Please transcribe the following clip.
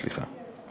סליחה,